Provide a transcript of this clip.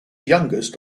youngest